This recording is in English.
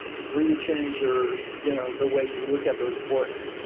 really change or you know the way you look at those sports,